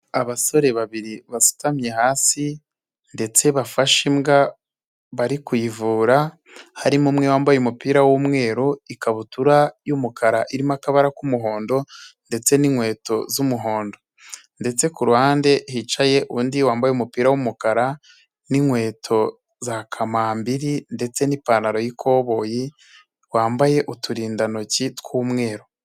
Abasore babiri bapfukamye hasi ndetse bafashe imbwa bari kuyivura, harimo umwe wambaye umupira w'umweru ikabutura y'umukara irimo akabara k'umuhondo ndetse n'inkweto z'umuhondo, ndetse kuru ruhande hicaye undi wambaye umupira w'umukara n'inkweto za kamambiri ndetse n'ipantaro y'ikoboyi wambaye uturindantoki tw'umweru.